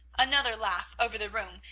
another laugh over the room,